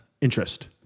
interest